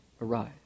arise